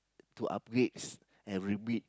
to upgrades and remit